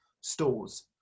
stores